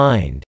Mind